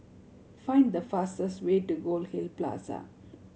find the fastest way to Goldhill Plaza